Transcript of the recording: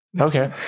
Okay